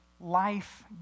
life